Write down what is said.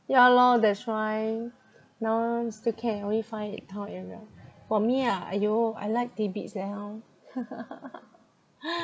ya lor that's why now still can only find in town area for me ah !aiyo! I like tidbits and all